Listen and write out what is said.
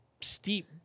steep